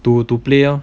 to to play lor